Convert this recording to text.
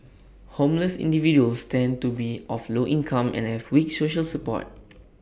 homeless individuals tend to be of low income and have weak social support